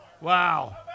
Wow